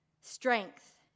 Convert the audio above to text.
Strength